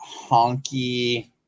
Honky